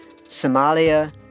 Somalia